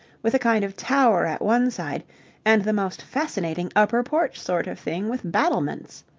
with a kind of tower at one side and the most fascinating upper porch sort of thing with battlements.